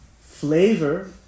flavor